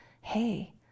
Hey